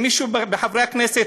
אם מישהו מחברי הכנסת,